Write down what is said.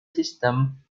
system